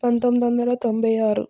పంతొమ్మిదొందల తొంభై ఆరు